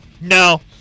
no